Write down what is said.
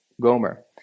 Gomer